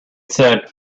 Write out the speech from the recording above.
said